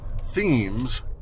themes